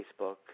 Facebook